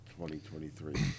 2023